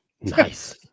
Nice